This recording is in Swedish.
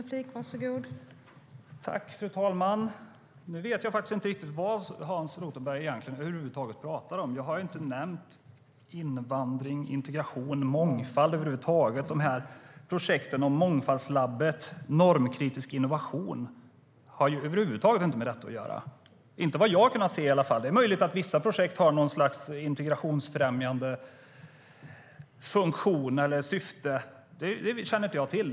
Fru talman! Nu vet jag inte riktigt vad Hans Rothenberg över huvud taget talar om. Jag har inte nämnt invandring, integration och mångfald. Projekten i Mångfaldslabbet - normkritisk innovation har över huvud taget inte med detta att göra, inte vad jag har kunnat se i varje fall. Det är möjligt att vissa projekt har något slags integrationsfrämjande funktion eller syfte. Det känner inte jag till.